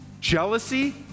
Jealousy